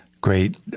great